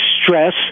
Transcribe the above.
Stress